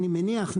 אני מניח,